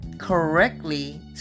correctly